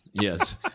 Yes